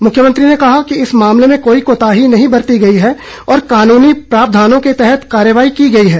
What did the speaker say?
मुख्यमंत्री ने कहा कि इस मामले में कोई कोताही नहीं बरती गई है और कानूनी प्रावधानों के तहत कार्रवाई की गई है